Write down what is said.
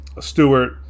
Stewart